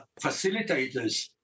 facilitators